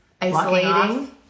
Isolating